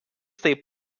taip